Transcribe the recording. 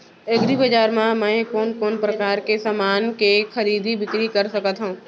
एग्रीबजार मा मैं कोन कोन परकार के समान के खरीदी बिक्री कर सकत हव?